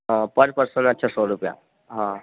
હા પર પર્સનના છ સો રૂપિયા હા